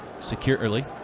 securely